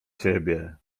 ciebie